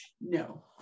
No